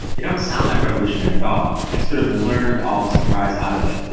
they don't sound that revolutionary at all. i sort of learned all the surprise out of it.